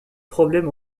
problèmes